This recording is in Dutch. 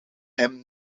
hem